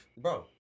bro